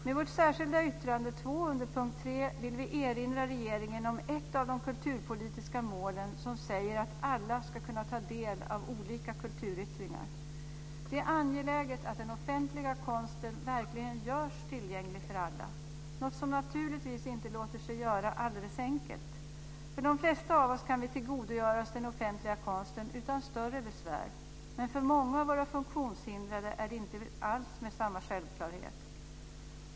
Med vårt särskilda yttrande 2 under punkt 3 vill vi erinra regeringen om ett av de kulturpolitiska målen, som säger att alla ska kunna ta del av olika kulturyttringar. Det är angeläget att den offentliga konsten verkligen görs tillgänglig för alla. Det är något som naturligtvis inte alldeles enkelt låter sig göras. De flesta av oss kan tillgodogöra oss den offentliga konsten utan större besvär. Men för många av våra funktionshindrade sker det inte alls med samma självklarhet.